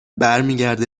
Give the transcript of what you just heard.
برمیگرده